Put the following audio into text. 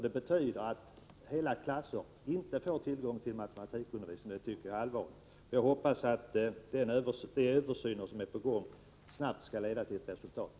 Det betyder att hela klasser inte får tillgång till matematikundervisning, och det tycker jag är allvarligt. Jag hoppas att det översynsarbete som är på gång snabbt skall leda till resultat.